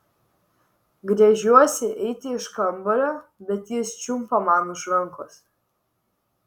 gręžiuosi eiti iš kambario bet jis čiumpa man už rankos